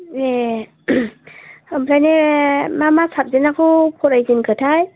ए ओमफ्रायनो मा मा साबजेक्टखौ फरायजेनखो थाय